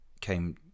came